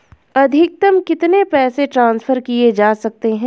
अधिकतम कितने पैसे ट्रांसफर किये जा सकते हैं?